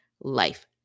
life